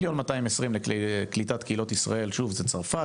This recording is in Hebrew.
1,220,000 לקליטת "קהילות ישראל", שוב, זה צרפת.